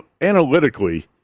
Analytically